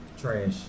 trash